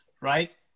right